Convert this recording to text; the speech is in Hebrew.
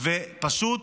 ופשוט